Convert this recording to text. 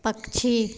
पक्षी